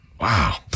Wow